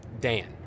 dan